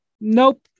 nope